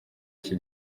iki